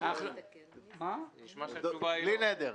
בלי נדר.